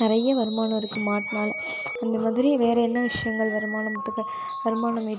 நிறைய வருமானம் இருக்குது மாட்டுனால் அந்த மாதிரி வேறு என்ன விஷயங்கள் வருமானம்த்துக்கு வருமானம் ஈட்டுன்னால்